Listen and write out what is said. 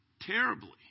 terribly